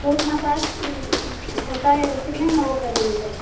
fruit massage होता है कितने में वो करेंगी आप